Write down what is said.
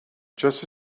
just